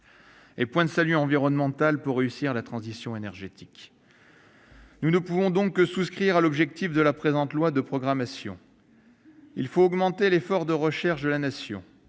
Point de salut environnemental non plus pour réussir la transition énergétique. Nous ne pouvons donc que souscrire à l'objectif de la présente loi de programmation. Il faut augmenter l'effort de recherche de la Nation.